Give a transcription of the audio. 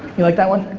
you like that one?